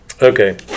Okay